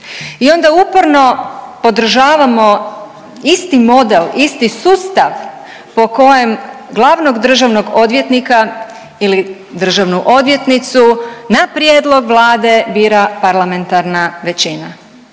I onda uporno podržavamo isti model, isti sustav po kojem glavnog državnog odvjetnika ili državnu odvjetnicu na prijedlog Vlade bira parlamentarna većina.